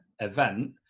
event